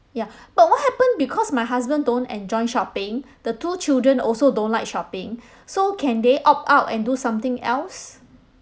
ya but what happen because my husband don't enjoy shopping the two children also don't like shopping so can they opt out and do something else